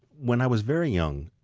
when i was very young,